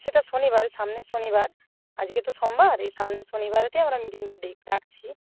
সেটা শনিবার সামনের শনিবার আজকে তো সোমবার এই সামনের শনিবারেতে আমরা মিটিংটা ডাকছি